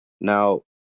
now